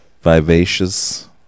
vivacious